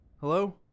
Hello